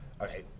okay